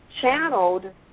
channeled